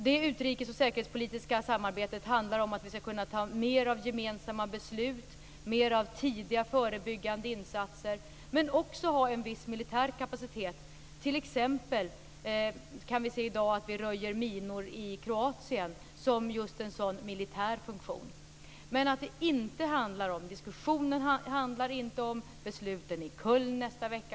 Det utrikes och säkerhetspolitiska samarbetet handlar om att vi skall kunna ta mer av gemensamma beslut, ha mer av tidiga förebyggande insatser och också ha en viss militär kapacitet. T.ex. kan vi i dag se minröjandet i Kroatien som just en sådan militär funktion. Men diskussionen handlar inte om besluten i Köln nästa vecka.